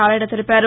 నారాయణ తెలిపారు